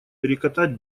перекатать